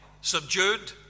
subdued